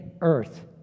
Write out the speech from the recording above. earth